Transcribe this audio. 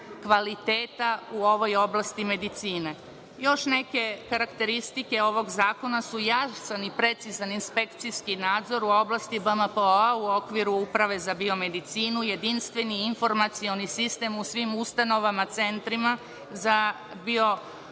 kvaliteta u ovoj oblasti medicine. Još neke karakteristike ovog zakona su – jasan i precizan inspekcijski nadzor u oblasti BMPO-a u okviru uprave za biomedicinu i jedinstveni informacioni sistem u svim ustanovama i centrima za biopotpomognuto